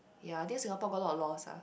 ya I think Singapore got a lot of laws ah